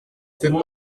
peut